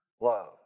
Love